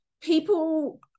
people